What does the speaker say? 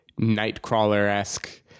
Nightcrawler-esque